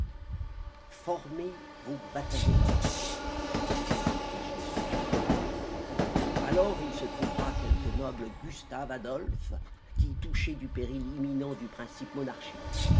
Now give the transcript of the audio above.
formez vos bataillons vous dirai-je avec la chanson des jacobins alors il se trouvera quelque noble gustave adolphe qui touché du péril imminent du principe monarchique